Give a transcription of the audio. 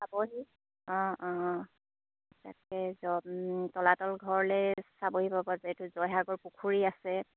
চাবহি অঁ অঁ অঁ তাকে তলাতল ঘৰলৈ চাবহি পাব যিহেতু জয়সাগৰ পুখুৰী আছে